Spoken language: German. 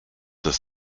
das